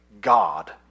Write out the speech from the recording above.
God